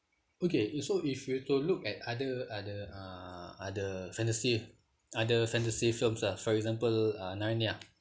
okay so if you were to look at other other uh other fantasy other fantasy films lah for example uh narnia okay